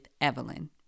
Evelyn